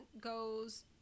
goes